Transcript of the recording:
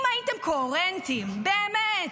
אם הייתם קוהרנטיים באמת,